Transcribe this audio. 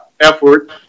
effort